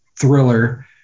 thriller